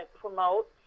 promote